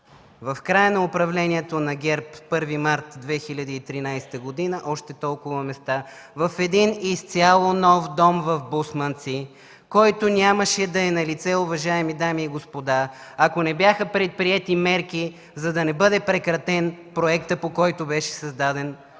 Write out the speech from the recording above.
в края на управлението на ГЕРБ – 1 март 2013 г., още толкова места в един изцяло нов дом в Бусманци, който нямаше да е налице, уважаеми дами и господа, ако не бяха предприети мерки, за да не бъде прекратен проектът, по който беше създаден